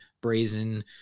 brazen